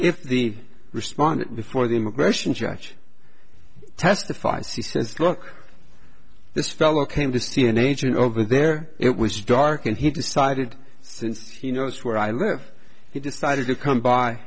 if the respondent before the immigration judge testifies he says look this fellow came to see an agent over there it was dark and he decided since he knows where i live he decided to come by